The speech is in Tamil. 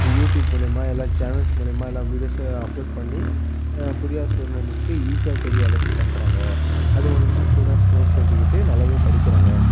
யூடியூப் மூலியமாக எல்லா சேனல்ஸ் மூலியமாக எல்லா வீடியோஸ்ஸை அப்லோட் பண்ணி புரியாத ஸ்டூடெண்ட்ஸ்க்கு ஈசியாக தெரியிற அளவுக்குப் பண்ணுறாங்க அது மூலியமாக ஸ்டூடெண்ட்ஸ் நோட்ஸ் எழுதிக்கிட்டு நல்லாவே படிக்கிறாங்கள்